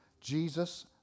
Jesus